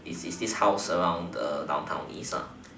is this this house around the downtown east ah